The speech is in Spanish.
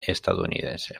estadounidense